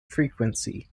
frequency